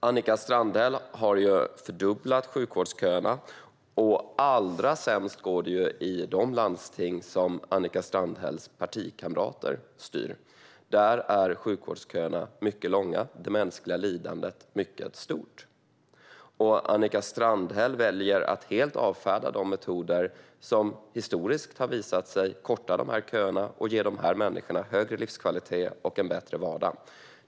Annika Strandhäll har fördubblat sjukvårdsköerna, och allra sämst går det i de landsting som Annika Strandhälls partikamrater styr. Där är sjukvårdsköerna mycket långa och det mänskliga lidandet mycket stort. Annika Strandhäll väljer att helt avfärda de metoder som historiskt sett har visat sig korta dessa köer och ge dessa människor högre livskvalitet och en bättre vardag.